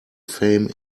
fame